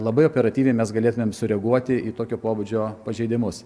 labai operatyviai mes galėtumėm sureaguoti į tokio pobūdžio pažeidimus